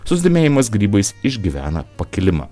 susidomėjimas grybais išgyvena pakilimą